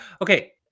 Okay